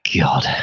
God